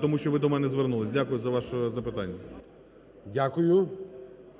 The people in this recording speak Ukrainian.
тому що ви до мене звернулися. Дякую за ваше запитання.